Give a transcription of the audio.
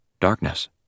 darkness